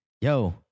yo